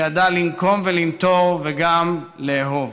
שידעה לנקום ולנטור וגם לאהוב.